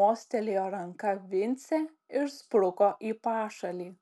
mostelėjo ranka vincė ir spruko į pašalį